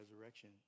resurrection